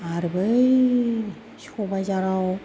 आरो बै सबाइजाराव